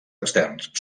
externs